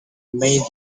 made